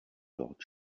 dort